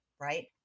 right